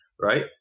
right